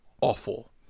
awful